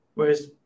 Whereas